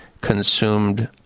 consumed